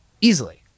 Easily